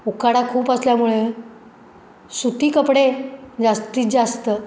उकाडा खूप असल्यामुळे सुती कपडे जास्तीत जास्त